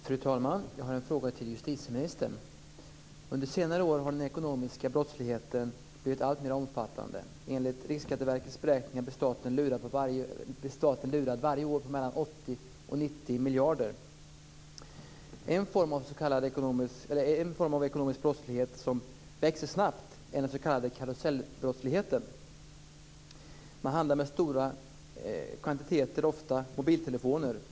Fru talman! Jag har en fråga till justitieministern. Under senare år har den ekonomiska brottsligheten blivit alltmer omfattande. Enligt Riksskatteverkets beräkningar blir staten varje år lurad på 80-90 miljarder kronor. En form av ekonomisk brottslighet som växer snabbt är den s.k. karusellbrottsligheten. Man handlar med stora kvantiteter, ofta med hjälp av mobiltelefoner.